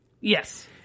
yes